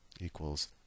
equals